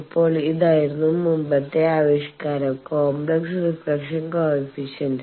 ഇപ്പോൾ ഇതായിരുന്നു മുമ്പത്തെ ആവിഷ്കരം കോംപ്ലക്സ് റീഫ്ലക്ഷൻ കോയെഫിഷ്യന്റ്